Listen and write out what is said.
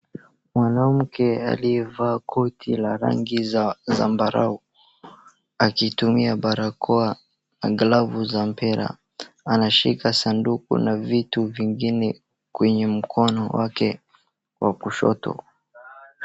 Mwanamke aliyevaa koti za rangi ya zambarau akitumia barakoa na glavu za mpira. Anashikasanduku na vitu zingine kwenye mkono wake wa kushoto.